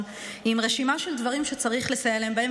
עם רשימה של דברים שצריך לסייע להן בהם,